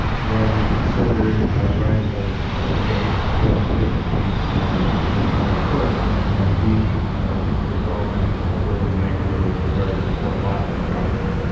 while we consider a variety of other things. a getting a bid that we think is more affordable, and b resolving where we might be with regard to the fort lawton property.